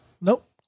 Nope